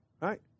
right